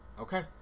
Okay